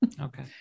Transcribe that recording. Okay